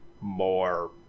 more